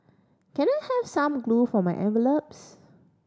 can I have some glue for my envelopes